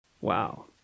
Wow